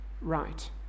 right